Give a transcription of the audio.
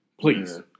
please